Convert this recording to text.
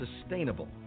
sustainable